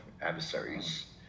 adversaries